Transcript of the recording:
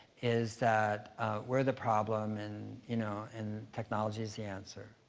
is that we're the problem and you know and technology's the answer.